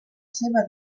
seva